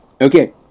Okay